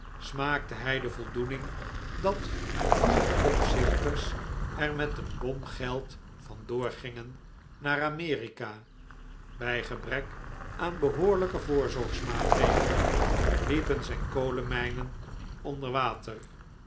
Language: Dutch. smaakte hij de voldoening dat vier opzichters er met een bom geld van doorgingen naar amerika bij gebrek aan behoorlijke voorzorgsmaatregelen liepen zijn kolenmijnen